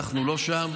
אנחנו לא שם,